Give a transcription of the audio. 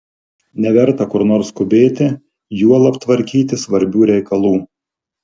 neverta kur nors skubėti juolab tvarkyti svarbių reikalų